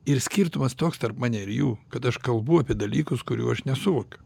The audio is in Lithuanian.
ir skirtumas toks tarp mane ir jų kad aš kalbu apie dalykus kurių aš nesuvokiu